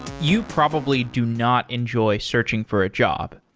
you probably do not enjoy searching for a job.